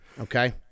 Okay